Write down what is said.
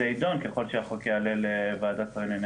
זה יידון ככל שהחוק יעלה לוועדת שרים לענייני